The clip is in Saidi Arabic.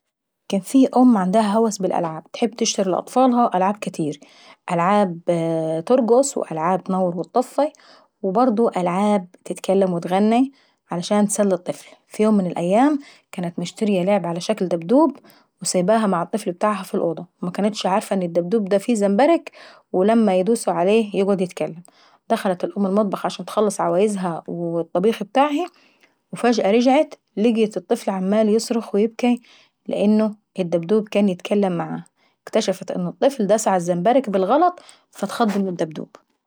كان في أم عندها هوس بالالعاب، وتحب تشتري لاطفالها العاب كاتير ألعاب ترقص والعاب تنور واتطفي وبرضه العاب بتغني عشان تسلي الطفل. وفي يوم من الأيام كانت مشترية لعبة على شكل دبدوب وسايباها مع الطفل ابتاعها في الاوضة، ومعفاش ان الدبدوب دا كان في زنبرك لما يدوسو عليه يتكلم. ودخلت الام المطبخ عشان تخلص عوايزها والطبيخ ابتاعها، وفجأة رجعت الطفل عمال يصرخ ويبكي لان الدبدوب كان عيتكلم معاه. واكتشتف ان الطفل داس على الزمبرك بالغلط فاتخض من الدبدوب.